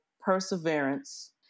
perseverance